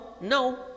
No